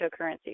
cryptocurrencies